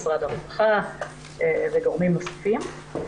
משרד הרווחה וגורמים נוספים.